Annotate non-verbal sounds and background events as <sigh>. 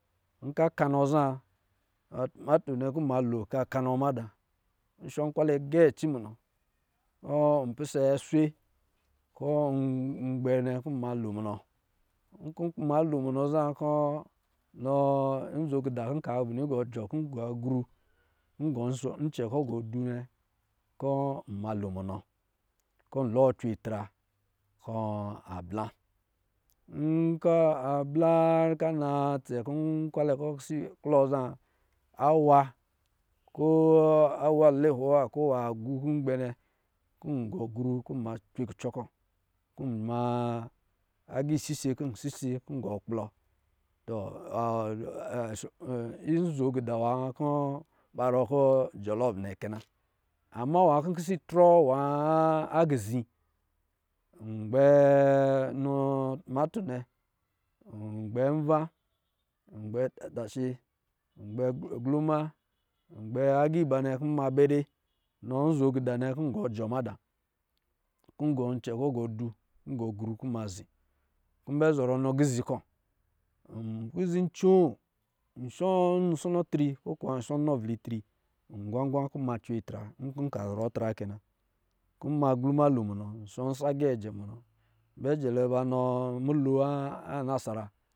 Nka kanɔ tumato nnɛ kɔ̄ nma lo ka kanɔ mada nshɔ nkwalɛ gɛɛ ci munɔ kɔ̄ npisɛ aswe, kɔ̄ ngbɛ nne kɔ̄ nma lo munɔ nkɔ̄ nma lo munɔ zaa kɔ̄ nɔ̄ nzo kida kɔ̄ nka bini nɔ jɔ kɔ̄ ngɔ gru, kɔ̄ ngɔ icɛ kɔ̄ gɔ dɔ nnɛ kɔ̄ arna lo munɔ kɔ̄ nhɔ cwe tra kɔ̄ abla nka bla ka na tscɛ kɔ̄ nkwalɛ kɔ̄ pisɛ iklɔ za awa ko <unintelligible> lɔho wa ko agu kɔ̄ ngbɛ nnɛ kɔ̄ ngɔ gru kɔ̄ nma cɛvɛ kalɔ kɔ̄ kɔ̄ ma <unintelligible> sisɛ kɔ̄ ngɔ kplɔ tɔ <hesitation> nzo kida nwa kɔ̄ ba rɔ kɔ ɔɔlofu nna kɛ na ama nwa kɔ̄ pisɛ itrɔ nwa a kizi ngbɛ nɔ tumato nnɛ ngbɛ nva, ngbɛ tatashe ngbɛ glu ma, ngbɛ agiba nnɛ kɔ̄ nma bɛ dɛ nɔ nzo kida nnɛ kɔ̄ ngɔ jɔ̄ mada kɔ̄ ngɔ gru kɔ̄ ma zi kɔ̄ nbɛ zɔrɔ nɔ kizi kɔ̄ kizi coo, nshɔ nnɔsɔnɔ tri kokuwa nshɔ nnɔvli dri ngnan gwa kɔ̄ nana cwe tra nka zɔnɔ atra kɛ na kɔ̄ ma glumclo mun shɔ nsa gɛɛ jɛ munɔ bel jɛlɛ bɛ nɔ mohi a nesara